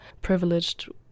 privileged